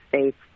States